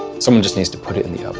someone just needs to put it in the oven.